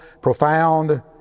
profound